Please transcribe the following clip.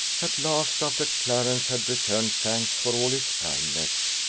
at last, after clarence had returned thanks for all his kindness,